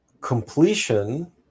Completion